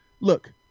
look